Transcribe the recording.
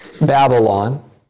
Babylon